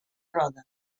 roda